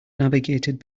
navigated